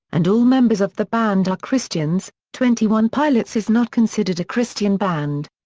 and all members of the band are christians, twenty one pilots is not considered a christian band.